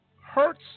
hurts